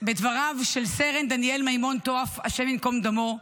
בדבריו של סרן דניאל מימון טואף, ה' ייקום דמו,